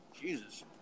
Jesus